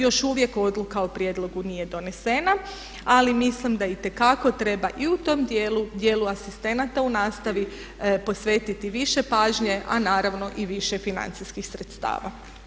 Još uvijek odluka o prijedlog nije donesena, ali mislim da itekako treba i u tom djelu, djelu asistenata u nastavi posvetiti više pažnje a naravno i više financijskih sredstava.